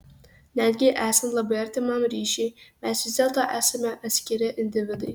netgi esant labai artimam ryšiui mes vis dėlto esame atskiri individai